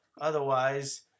Otherwise